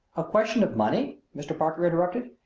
a question of money! mr. parker interrupted.